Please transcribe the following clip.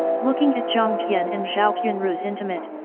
looking at jiang tian and zhao qianru's intimate,